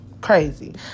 crazy